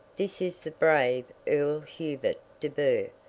this is the brave earl hubert de burgh,